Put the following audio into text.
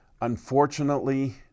Unfortunately